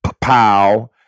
Pow